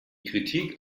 kritik